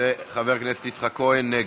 ו-33 נגד.